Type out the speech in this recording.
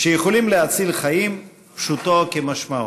שיכולים להציל חיים, פשוטו כמשמעו.